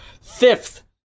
fifth